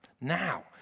Now